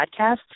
podcast